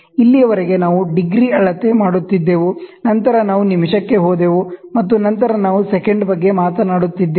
ಇಲ್ಲಿಯವರೆಗೆ ನಾವು ಡಿಗ್ರಿ ಅಳತೆ ಮಾಡುತ್ತಿದ್ದೆವು ನಂತರ ನಾವು ನಿಮಿಷಕ್ಕೆ ಹೋದೆವು ಮತ್ತು ನಂತರ ನಾವು ಸೆಕೆಂಡ್Second's ಬಗ್ಗೆ ಮಾತನಾಡುತ್ತಿದ್ದೇವೆ